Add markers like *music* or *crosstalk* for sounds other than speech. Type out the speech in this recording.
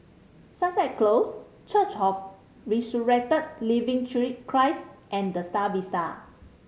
Sunset Close Church of Resurrected Living *unintelligible* Christ and The Star Vista